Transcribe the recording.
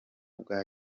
bwa